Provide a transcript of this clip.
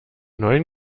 neuen